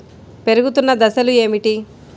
పెరుగుతున్న దశలు ఏమిటి?